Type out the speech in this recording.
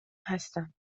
هستم